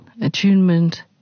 attunement